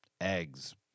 eggs